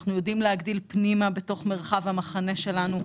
אנחנו יודעים להגדיל פנימה בתוך מרחב המחנה שלנו,